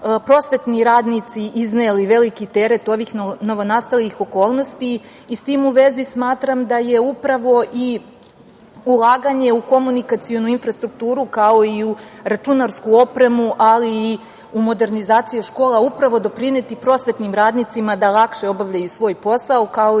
prosvetni radnici izneli veliki teret ovih novonastalih okolnosti i s tim u vezi smatram da će upravo i ulaganje u komunikacionu infrastrukturu, kao i u računarsku opremu, ali i u modernizaciju škola, upravo doprineti prosvetnim radnicima da lakše obavljaju svoj posao, kao